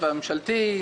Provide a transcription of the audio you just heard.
במזומן --- כמפורטות